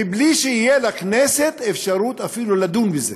מבלי שתהיה לכנסת אפשרות אפילו לדון בזה.